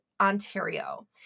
Ontario